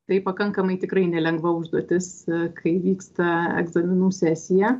tai pakankamai tikrai nelengva užduotis kai vyksta egzaminų sesija